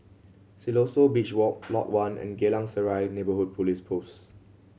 Siloso Beach Walk Lot One and Geylang Serai Neighbourhood Police Post